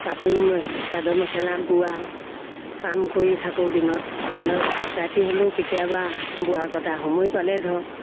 কাপোৰ মে চাদৰ মেখেলা বোৱা কাম কৰি থাকোঁ দিনত ধৰক ৰাতি হ'লেও কেতিয়াবা বোৱা কটা সময় পালে ধৰক